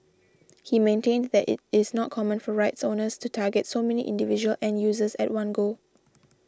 he maintained that it is not common for rights owners to target so many individual end users at one go